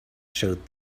showed